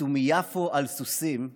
יצאו מיפו על סוסים /